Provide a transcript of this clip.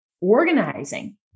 organizing